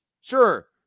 Sure